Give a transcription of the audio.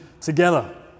together